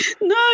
No